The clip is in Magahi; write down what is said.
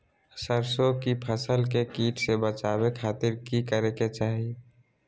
सरसों की फसल के कीट से बचावे खातिर की करे के चाही?